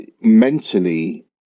mentally